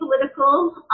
political